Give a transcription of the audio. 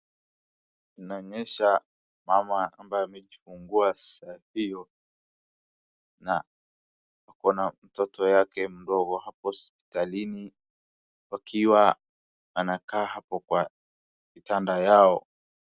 Inaonyesha mama ambaye amejifungua sehemu hiyo na ako na mtoto yake mdogo hapo hospitalini wakiwa anakaa hapo kwa kitanda yao.